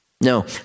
No